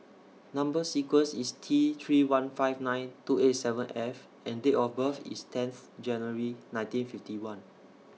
Number sequence IS T three one five nine two eight seven F and Date of birth IS tenth January nineteen fifty one